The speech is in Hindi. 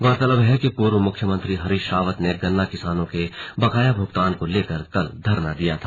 गौरतलब है कि पूर्व मुख्यमंत्री हरीश रावत ने गन्ना किसानों के बकाया भुगतान को लेकर कल धरना दिया था